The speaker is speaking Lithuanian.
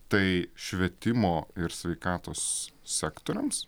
tai švietimo ir sveikatos sektoriams